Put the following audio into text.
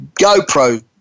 GoPro